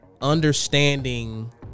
understanding